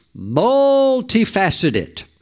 multifaceted